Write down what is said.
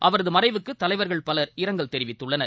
அவரதுமறைவுக்குதலைவர்கள் பவர் இரங்கல் தெரிவித்துள்ளனர்